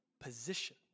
position